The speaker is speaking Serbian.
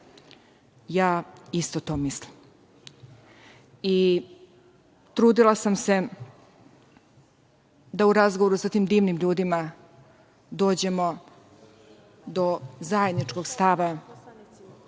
Ja isto to mislim. Trudila sam se da u razgovoru sa tim divnim ljudima dođemo do zajedničkog stava,